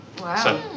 Wow